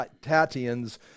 tatian's